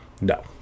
No